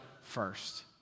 first